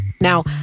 Now